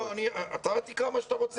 אתה תקרא למה שאתה רוצה.